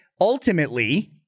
ultimately